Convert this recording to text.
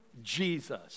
Jesus